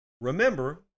Remember